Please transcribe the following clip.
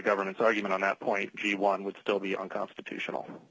government's argument on that point she won would still be unconstitutional